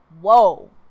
Whoa